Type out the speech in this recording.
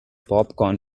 popcorn